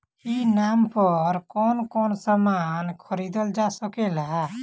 ई नाम पर कौन कौन समान खरीदल जा सकेला?